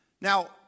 Now